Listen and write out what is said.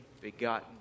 begotten